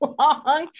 long